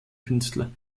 künstler